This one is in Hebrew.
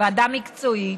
ועדה מקצועית,